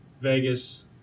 Vegas